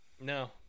No